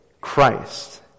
Christ